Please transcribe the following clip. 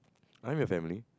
I don't have family